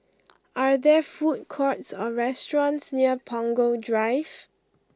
are there food courts or restaurants near Punggol Drive